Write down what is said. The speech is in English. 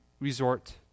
resort